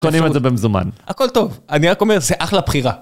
קונים את זה במזומן. הכל טוב, אני רק אומר שזה אחלה בחירה.